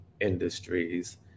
industries